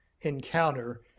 encounter